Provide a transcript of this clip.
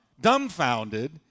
dumbfounded